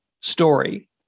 story